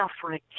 suffering